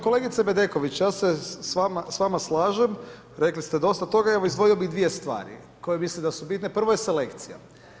Kolegice Bedeković, ja se s vama slažem, rekli ste dosta toga, evo izdvojio bi 2 stvari, koje mislim da su bitne, prvo je selekcija.